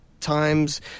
times